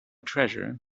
treasure